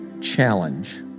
challenge